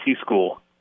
school